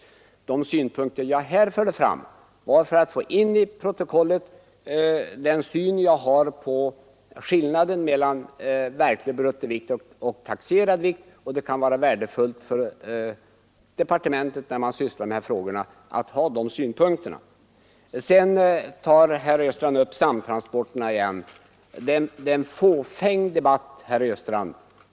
Syftet med de synpunkter jag här 24 april 1974 anförde var att få in i protokollet den åsikt jag har om skillnaden mellan — verklig bruttovikt och taxerad vikt. Det kanske kan ha sitt värde för dem TYansportstöd för som skall utreda dessa frågor att ha tagit del av de här synpunkterna. Norrland m.m. Sedan tog herr Östrand upp samtransporterna igen. Det är en fåfäng debatt, herr Östrand!